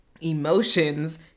emotions